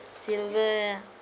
civil